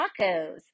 tacos